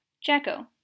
Jacko